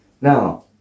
now